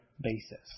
basis